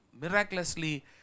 miraculously